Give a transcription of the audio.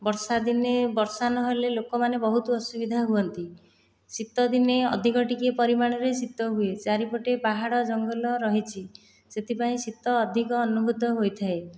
ବର୍ଷା ଦିନେ ବର୍ଷା ନହେଲେ ଲୋକମାନେ ବହୁତ ଅସୁବିଧା ହୁଅନ୍ତି ଶୀତ ଦିନେ ଅଧିକ ଟିକେ ପରିମାଣରେ ଶୀତ ହୁଏ ଚାରିପଟେ ପାହାଡ଼ ଜଙ୍ଗଲ ରହିଛି ସେଥିପାଇଁ ଶୀତ ଅଧିକ ଅନୁଭୂତ ହୋଇଥାଏ